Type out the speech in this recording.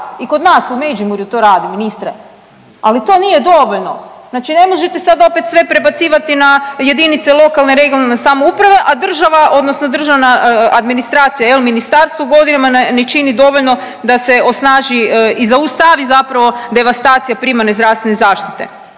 i kod nas u Međimurju to rade ministre, ali to nije dovoljno, znači ne možete sad opet sve prebacivati na JLRS, a država odnosno državna administracija jel ministarstvo godinama ne čini dovoljno da se osnaži i zaustavi zapravo devastacija primarne zdravstvene zaštite.